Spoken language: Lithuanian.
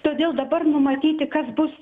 todėl dabar numatyti kas bus seka